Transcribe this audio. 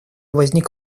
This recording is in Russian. возник